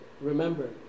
remember